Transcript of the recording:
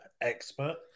expert